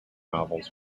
novels